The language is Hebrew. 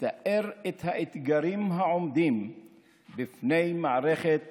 לתאר את האתגרים העומדים בפני מערכת